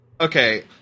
Okay